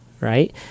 right